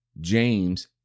James